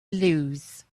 lose